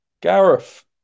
Gareth